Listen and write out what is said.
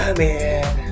man